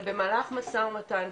אבל במהלך משא ומתן,